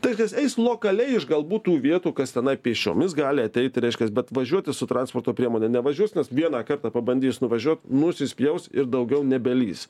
tai kas eis lokaliai iš galbūt tų vietų kas tenai pėsčiomis gali ateiti reiškias bet važiuoti su transporto priemone nevažiuos nes vieną kartą pabandys nuvažiuot nusispjaus ir daugiau nebelįs